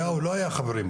היה או לא היה חברים?